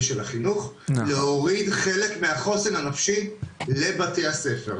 ושל החינוך להוריד חלק מהחוסן הנפשי לבתי הספר,